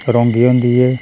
रौंगी होंदी एह्